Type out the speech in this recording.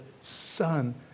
son